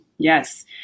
Yes